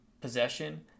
possession